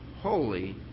holy